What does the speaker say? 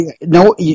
no